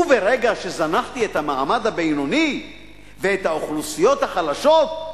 וברגע שזנחתי את המעמד הבינוני ואת האוכלוסיות החלשות,